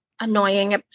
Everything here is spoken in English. annoying